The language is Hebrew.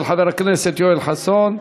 של חבר הכנסת יואל חסון.